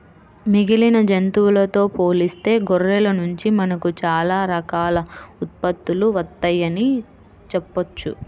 మిగిలిన జంతువులతో పోలిస్తే గొర్రెల నుండి మనకు చాలా రకాల ఉత్పత్తులు వత్తయ్యని చెప్పొచ్చు